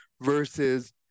versus